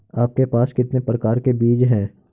आपके पास कितने प्रकार के बीज हैं?